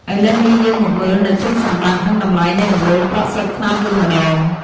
ឥឡូវនេះយើងមកមើលនូវគុណសម្បត្តិ និងតម្លៃនៃដំបូលប្រក់ស្លឹកត្នោតវិញម្តង។